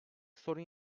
sorun